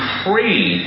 free